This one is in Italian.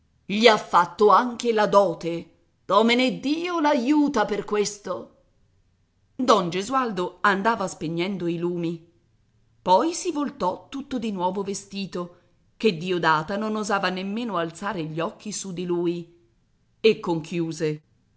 gli ha fatto anche la dote domeneddio l'aiuta per questo don gesualdo andava spegnendo i lumi poi si voltò tutto di nuovo vestito che diodata non osava nemmeno alzare gli occhi su di lui e conchiuse